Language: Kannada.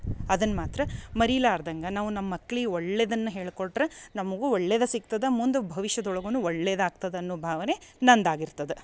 ಅದನ್ನ ಮಾತ್ರ ಮರಿಲಾರ್ದಂಗ ನಾವು ನಮ್ಮ ಮಕ್ಳಿಗೆ ಒಳ್ಳೆಯದನ್ನ ಹೇಳ್ಕೊಟ್ರ ನಮ್ಗು ಒಳ್ಳೇಯದ ಸಿಗ್ತದ ಮುಂದೆ ಭವಿಷ್ಯದೊಳಗುನು ಒಳ್ಳೆಯದಾಗ್ತದನ್ನು ಭಾವನೆ ನಂದಾಗಿರ್ತದೆ